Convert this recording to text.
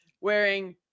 wearing